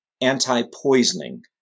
anti-poisoning